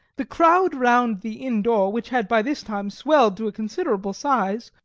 the crowd round the inn door, which had by this time swelled to a considerable size,